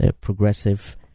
progressive